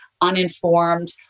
uninformed